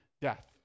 death